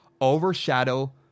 overshadow